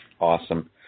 Awesome